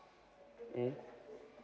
mmhmm